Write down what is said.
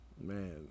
Man